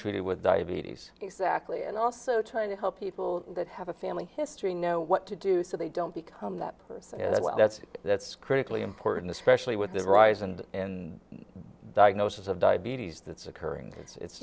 treated with diabetes exactly and also trying to help people that have a family history know what to do so they don't become that person that's that's critically important especially with the rise and diagnosis of diabetes that's occurring